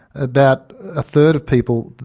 about a third of people,